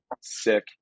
sick